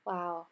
Wow